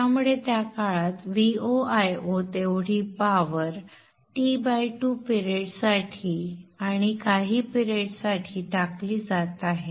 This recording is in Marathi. त्यामुळे त्या काळात VoIo तेवढी पावर T2 पिरेड साठी आणि काही पिरेड साठी टाकली जात आहे